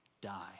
die